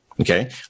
Okay